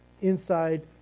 inside